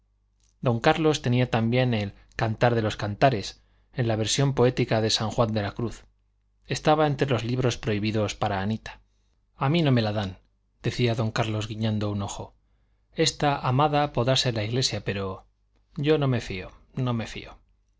don carlos tenía también el cantar de los cantares en la versión poética de san juan de la cruz estaba entre los libros prohibidos para anita a mí no me la dan decía don carlos guiñando un ojo esta amada podrá ser la iglesia pero yo no me fío no me fío